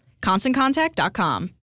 ConstantContact.com